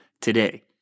today